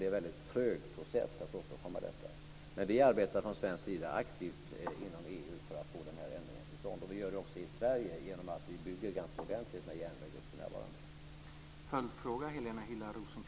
Det är en väldigt trög process att åstadkomma detta. Men vi arbetar från svensk sida aktivt inom EU för att få den här ändringen till stånd. Vi gör det också i Sverige genom att vi bygger ganska ordentligt med järnvägar för närvarande.